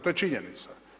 To je činjenica.